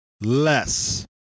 less